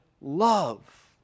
love